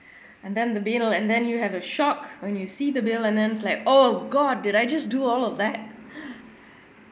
and then the bill and then you have a shock when you see the bill and then likes oh god did I just do all of that